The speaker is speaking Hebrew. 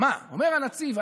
אומר הנצי"ב.